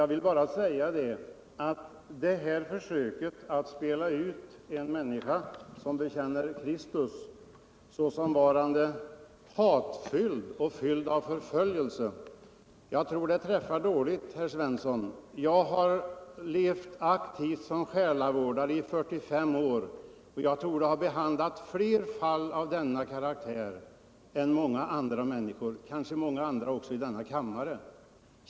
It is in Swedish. Jag vill bara säga att försöket att spela ut en människa, som bekänner Kristus, såsom varande hatfylld och fylld av förföljelselusta, tror jag träffar dåligt. Jag har verkat aktivt som själavårdare i 45 år, och jag torde ha behandlat fler fall av denna karaktär än många andra människor, kanske fler än många andra i denna kammare.